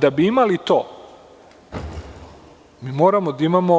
Da bi imali to, mi moramo da imamo